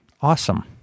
Awesome